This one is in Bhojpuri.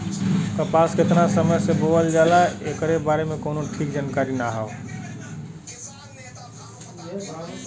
कपास केतना समय से बोअल जाला एकरे बारे में कउनो ठीक जानकारी ना हौ